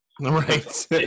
Right